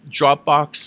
Dropbox